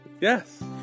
Yes